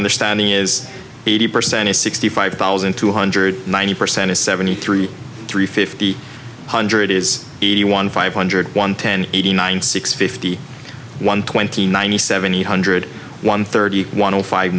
understanding is eighty percent is sixty five thousand two hundred ninety percent is seventy three three fifty hundred is eighty one five hundred one ten eighty nine six fifty one twenty ninety seven eight hundred one thirty one five